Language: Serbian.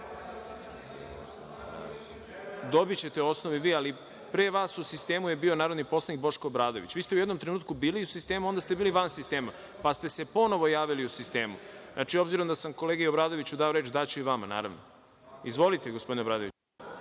repliku.)Dobićete osnov i vi, ali pre vas u sistemu je bio narodni poslanik Boško Obradović. Vi ste u jednom trenutku bili u sistemu, a onda ste bili van sistema, pa ste se ponovo javili u sistemu. Znači, obzirom da sam kolegi Obradoviću dao reč, daću i vama, naravno. Izvolite gospodine Obradoviću.